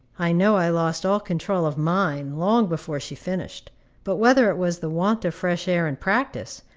i know i lost all control of mine long before she finished but whether it was the want of fresh air in practice,